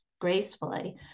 gracefully